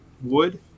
wood